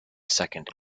second